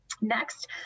Next